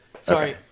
Sorry